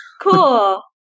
Cool